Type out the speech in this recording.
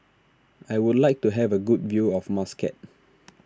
I would like to have a good view of Muscat